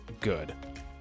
good